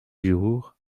jours